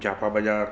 जापा बाज़ार